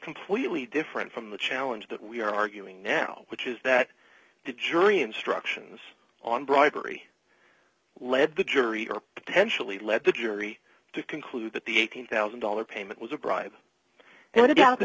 completely different from the challenge that we are arguing now which is that the jury instructions on bribery led the jury or potentially lead the jury to conclude that the eighteen one thousand dollars payment was a bribe